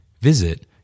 Visit